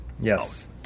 Yes